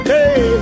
Hey